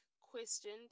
questioned